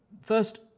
First